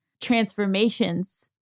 transformations